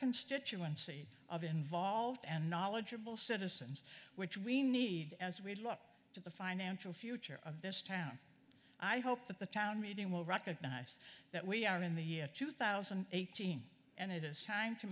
constituency of involved and knowledgeable citizens which we need as we look at the financial future of this town i hope that the town meeting will recognize that we are in the year two thousand and eighteen and it is time to